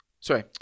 sorry